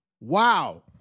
Wow